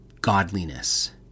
godliness